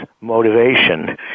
motivation